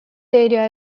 area